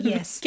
Yes